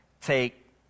take